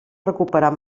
recuperar